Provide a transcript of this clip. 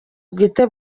bwite